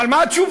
ועל מה התשובות?